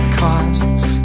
costs